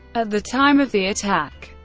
at the time of the attack,